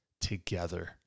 together